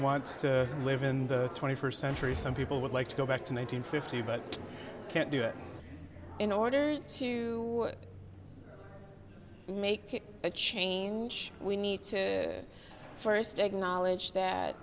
wants to live in the twenty first century some people would like to go back to one hundred fifty but can't do it in order to make a change we need to first take knowledge that